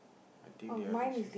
I think they are this